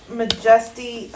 majesty